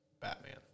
Batman